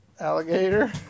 Alligator